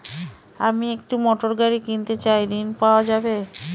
আমি একটি মোটরগাড়ি কিনতে চাই ঝণ পাওয়া যাবে?